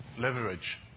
Leverage